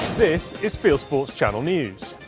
this is fieldsports channel news.